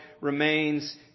remains